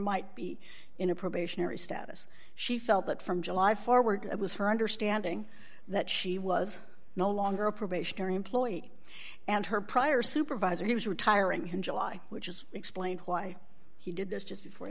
might be in a probationary status she felt that from july forward it was her understanding that she was no longer a probationary employee and her prior supervisor he was retiring in july which is explained why he did this just before he